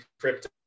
crypto